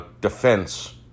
defense